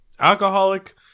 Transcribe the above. alcoholic